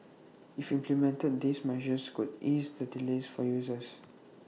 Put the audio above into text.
if implemented these measures could ease the delays for users